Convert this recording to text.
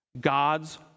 God's